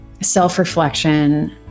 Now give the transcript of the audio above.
self-reflection